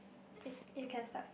is you can start first